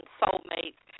soulmates